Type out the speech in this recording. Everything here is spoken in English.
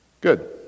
Good